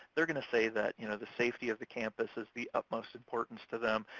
they're gonna say that you know the safety of the campus is the utmost importance to them,